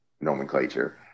nomenclature